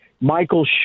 Michael